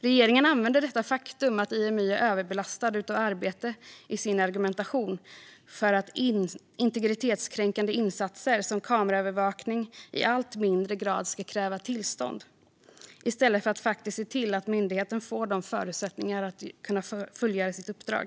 Regeringen använder detta faktum, att Imy är överbelastat av arbete, i sin argumentation för att integritetskränkande insatser, till exempel kameraövervakning, i allt mindre grad ska kräva tillstånd i stället för att faktiskt se till att myndigheten får förutsättningar att fullgöra sitt uppdrag.